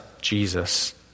jesus